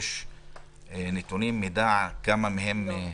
יש נתונים ומידע כמה מהם ---?